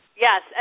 Yes